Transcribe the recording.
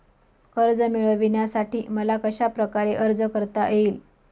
कर्ज मिळविण्यासाठी मला कशाप्रकारे अर्ज करता येईल?